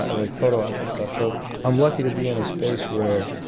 ah like photo ops and stuff. so i'm lucky to be in a space where